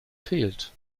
fehlt